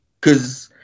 Cause